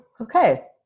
Okay